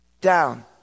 down